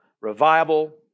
revival